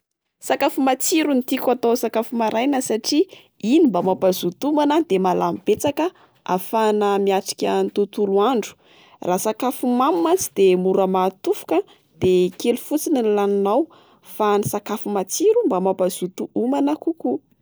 Sakafo matsiro no tiako atao sakafo maraina satria iny mba mampazoto homana. De mahalany betsaka ahafahana miatrika ny tontolo andro. Raha sakafo mamy mantsy, dia mora mahatofoka, de kely fotsiny no laninao. Fa ny sakafo matsiro mba mampazoto homana kokoa.